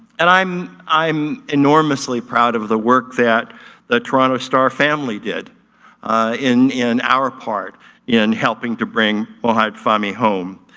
and i'm i'm enormously proud of the work that the toronto star family did in in our part in helping to bring mohamed fahmy home.